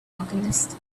alchemist